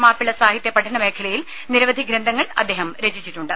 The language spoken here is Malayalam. മാപ്പിള സാഹിത്യ പഠന മേഖലയിൽ നിരവധി ഗ്രന്ഥങ്ങൾ അദ്ദേഹം രചിച്ചിട്ടുണ്ട്